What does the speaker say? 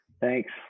thanks